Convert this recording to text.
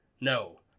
No